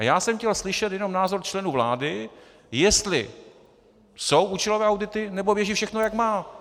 Já jsem chtěl slyšet jenom názor členů vlády, jestli jsou účelové audity, nebo běží všechno, jak má.